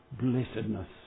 blessedness